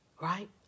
Right